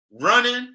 running